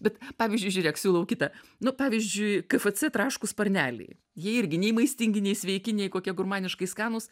bet pavyzdžiui žiūrėk siūlau kitą nu pavyzdžiui kfc traškūs sparneliai jie irgi nei maistingi nei sveiki nei kokie gurmaniškai skanūs